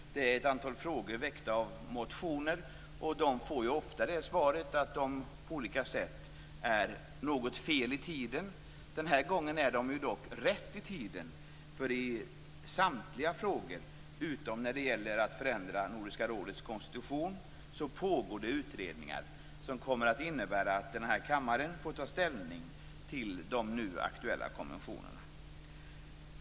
Det tar upp ett antal frågor väckta av motioner. Sådana får ofta svaret att de på olika sätt är något fel i tiden. Den här gången är de dock rätt i tiden. I samtliga frågor, utom när det gäller att förändra Nordiska rådets konstitution, pågår det nämligen utredningar som kommer att innebära att denna kammare får ta ställning till de nu aktuella konventionerna.